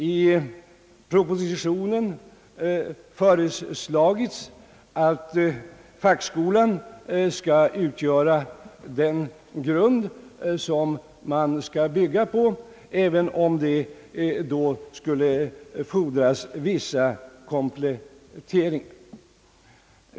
I propositionen har föreslagits att fackskolan skall utgöra den grund som man skall bygga på, även om det då skulle fordras vissa kompletteringar.